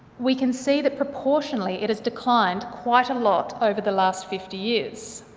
we can see that proportionally it has declined quite a lot over the last fifty years.